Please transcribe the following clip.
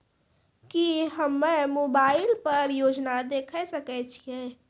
की हम्मे मोबाइल पर योजना देखय सकय छियै?